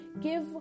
Give